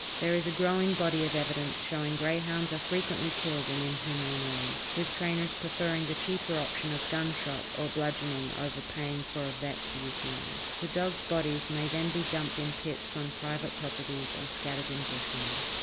there is a growing body of evidence showing greyhounds are frequently killed in inhumane ways, with trainers preferring the cheaper option of gunshot or bludgeoning over paying for a vet to euthanise. the dogs' bodies may then be dumped in pits on private properties or scattered in bushland.